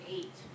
Eight